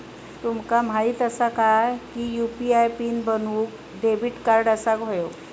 तुमका माहित असा काय की यू.पी.आय पीन बनवूक डेबिट कार्ड असाक व्हयो